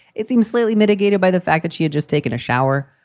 it seems slightly mitigated by the fact that she had just taken a shower,